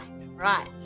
right